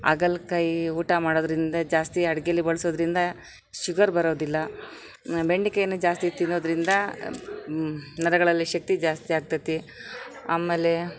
ಹಾಗಲ್ಕಾಯೀ ಊಟ ಮಾಡೋದರಿಂದ ಜಾಸ್ತಿ ಅಡಿಗೇಲಿ ಬಳಸೋದ್ರಿಂದ ಶುಗರ್ ಬರೋದಿಲ್ಲ ಬೆಂಡೆಕಾಯ್ನ ಜಾಸ್ತಿ ತಿನ್ನೊದ್ರಿಂದ ನರಗಳಲ್ಲಿ ಶಕ್ತಿ ಜಾಸ್ತಿ ಆಗ್ತತಿ ಆಮೇಲೆ